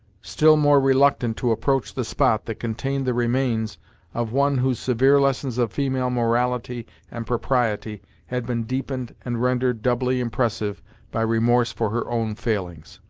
still more reluctant to approach the spot that contained the remains of one whose severe lessons of female morality and propriety had been deepened and rendered doubly impressive by remorse for her own failings.